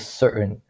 certain